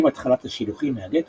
עם התחלת השילוחים מהגטו,